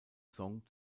song